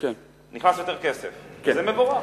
נכנס יותר כסף, וזה מבורך.